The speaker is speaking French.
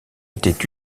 était